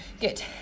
good